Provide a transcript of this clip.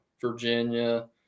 Virginia